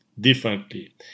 differently